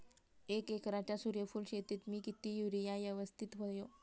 एक एकरच्या सूर्यफुल शेतीत मी किती युरिया यवस्तित व्हयो?